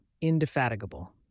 indefatigable